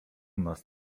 nas